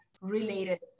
related